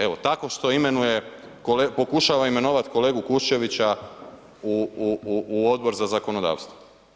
Evo tako što imenuje, pokušava imenovati kolegu Kuščevića u Odbor za zakonodavstvo.